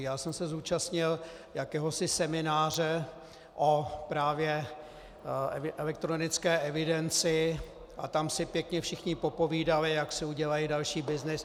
Já jsem se zúčastnil jakéhosi semináře o právě elektronické evidenci a tam si pěkně všichni popovídali, jak si udělají další byznys.